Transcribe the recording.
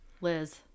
Liz